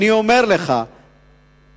אני אומר לך שעל